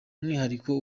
mwihariko